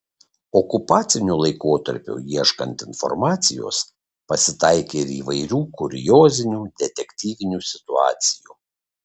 okupaciniu laikotarpiu ieškant informacijos pasitaikė ir įvairių kuriozinių detektyvinių situacijų